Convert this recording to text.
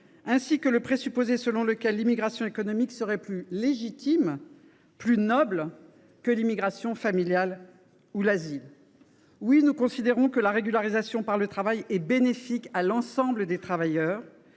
ainsi que le présupposé selon lequel l’immigration économique serait plus légitime et plus noble que l’immigration familiale ou l’asile. Oui, nous considérons que la régularisation par le travail est bénéfique à l’ensemble des travailleurs,